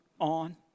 on